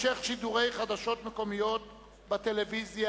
(המשך שידורי חדשות מקומיות בטלוויזיה)